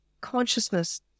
consciousness